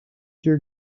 think